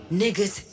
niggas